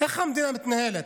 איך המדינה מתנהלת?